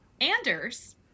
Anders